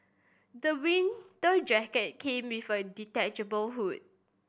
the winter jacket came with a detachable hood